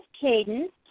Cadence